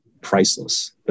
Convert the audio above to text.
priceless